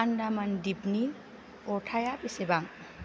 आन्डामान दिपनि अरथाइआ बेसेबां